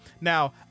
Now